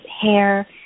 hair